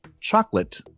chocolate